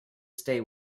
stay